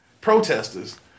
protesters